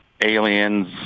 aliens